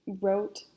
wrote